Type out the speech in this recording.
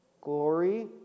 glory